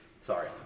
sorry